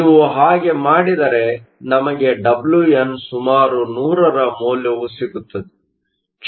ನೀವು ಹಾಗೆ ಮಾಡಿದರೆ ನಮಗೆ Wn ಸುಮಾರು 100 ರ ಮೌಲ್ಯವು ಸಿಗುತ್ತದೆ